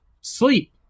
sleep